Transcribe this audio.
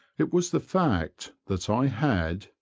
it was the fact that i had,